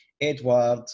Edward